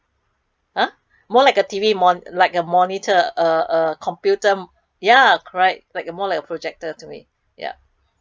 !huh! more like a T_V mo~ like a monitor uh uh computer mo~ uh ya correct more like a projector to me yup